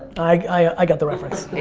i got the reference.